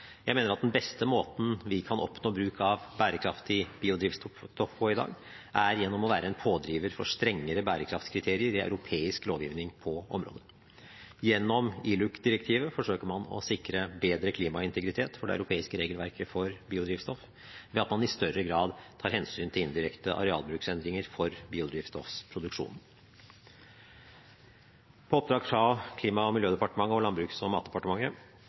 Jeg mener at den beste måten vi kan oppnå bruk av bærekraftig biodrivstoff på i dag, er gjennom å være en pådriver for strengere bærekraftskriterier i europeisk lovgivning på området. Gjennom ILUC-direktivet forsøker man å sikre bedre klimaintegritet for det europeiske regelverket for biodrivstoff ved at man i større grad tar hensyn til indirekte arealbruksendringer fra biodrivstoffproduksjonen. På oppdrag fra Klima- og miljødepartementet og Landbruks- og matdepartementet